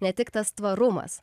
ne tik tas tvarumas